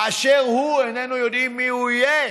באשר הוא, איננו יודעים מי הוא יהיה